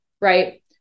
right